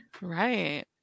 Right